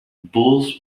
both